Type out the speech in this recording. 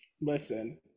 listen